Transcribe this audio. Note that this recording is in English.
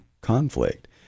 conflict